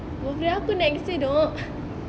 birthday aku next year dok